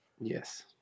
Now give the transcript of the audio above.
Yes